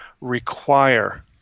require